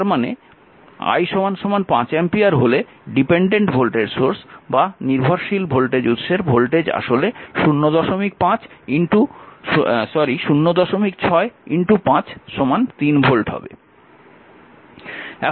তার মানে I 5 ampere হলে নির্ভরশীল ভোল্টেজ উৎসের ভোল্টেজ আসলে 06 5 3 ভোল্ট হবে